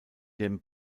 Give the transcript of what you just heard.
dem